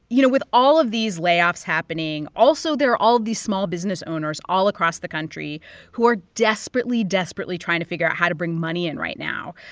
you know, with all of these layoffs happening, also, there are all of these small business owners all across the country who are desperately, desperately trying to figure out how to bring money in right now.